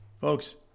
folks